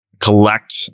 collect